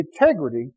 integrity